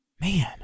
man